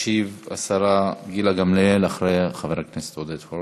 תשיב השרה גילה גמליאל, אחרי חבר הכנסת עודד פורר.